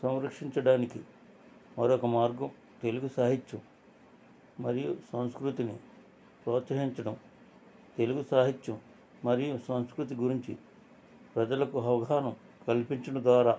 సంరక్షించడానికి మరొక మార్గం తెలుగు సాహిత్యం మరియు సంస్కృతిని ప్రోత్సహించడం తెలుగు సాహిత్యం మరియు సంస్కృతి గురించి ప్రజలకు అవగాహనా కల్పించడం ద్వారా